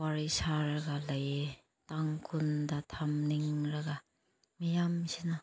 ꯋꯥꯔꯤ ꯁꯥꯔꯒ ꯂꯩꯌꯦ ꯇꯥꯡ ꯀꯨꯟꯗ ꯊꯝꯅꯤꯡꯂꯒ ꯃꯤꯌꯥꯝꯁꯤꯅ